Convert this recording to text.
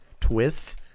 twists